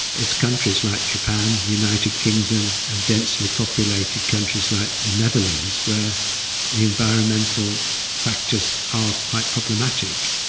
it's countries like japan, the united kingdom and densely populated countries like the netherlands where the environmental factors are quite problematic.